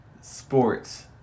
Sports